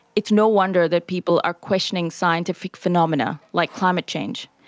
it's no wonder that people are questioning scientific phenomena like climate change,